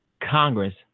Congress